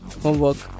homework